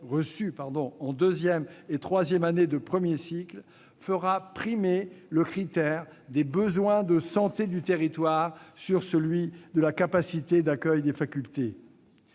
reçus en deuxième et troisième années de premier cycle fera primer le critère des besoins de santé du territoire sur celui de la capacité d'accueil des facultés.